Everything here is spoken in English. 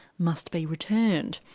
must be returned.